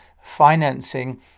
financing